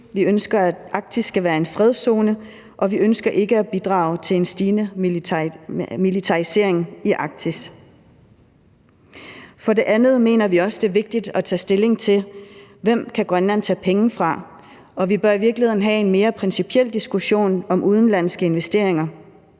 Vi ønsker, at Arktis skal være en fredszone, og vi ønsker ikke at bidrage til en stigende militarisering i Arktis. For det andet mener vi også, det er vigtigt tage stilling til, hvem Grønland kan tage penge fra, og vi bør i virkeligheden have en mere principiel diskussion om udenlandske investeringer.